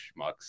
schmucks